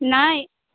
नहि